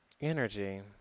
Energy